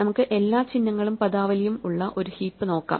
നമുക്കു എല്ലാ ചിഹ്നങ്ങളും പദാവലിയും ഉള്ള ഒരു ഹീപ്പ് നോക്കാം